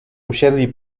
usiedli